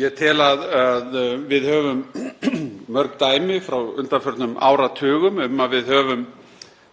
Ég tel að við höfum mörg dæmi frá undanförnum áratugum um að við höfum